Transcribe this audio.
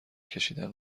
کشیدن